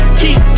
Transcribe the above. keep